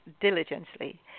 diligently